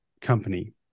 company